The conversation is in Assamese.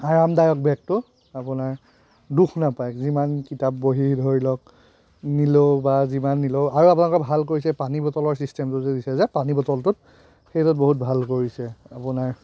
আৰামদায়ক বেগটো আপোনাৰ দুখ নাপায় যিমান কিতাপ বহি ধৰি লওক নিলেও বা যিমান নিলেও আৰু আপোনালোকে ভাল কৰিছে পানী বটলৰ ছিষ্টেমটো যে দিছে যে পানী বটলটো সেইটো বহু ভাল কৰিছে আপোনাৰ